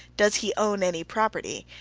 does he own any property?